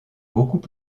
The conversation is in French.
beaucoup